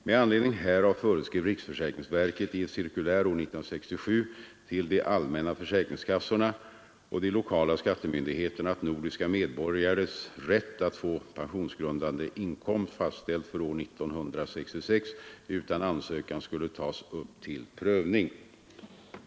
Med anledning härav föreskrev riksförsäkringsverket i ett cirkulär år 1967 till de allmänna försäkringskassorna och de lokala skattemyndigheterna att nordiska medborgares rätt att få pensionsgrundande inkomst fastställd för år 1966 utan ansökan skulle tas upp till prövning.